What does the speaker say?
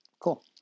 Cool